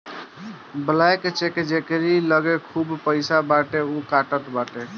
blank cheque जेकरी लगे खूब पईसा बाटे उ कटात बाटे